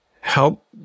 help